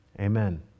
Amen